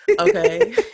okay